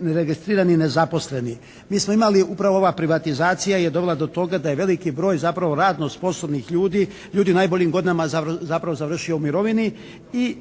neregistrirani i nezaposleni. Mi smo imali, upravo ova privatizacija je dovela do toga da je veliki broj zapravo radno sposobnih ljudi, ljudi u najboljim godinama zapravo završio u mirovini i